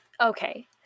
okay